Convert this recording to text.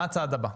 מה הצעד הבא?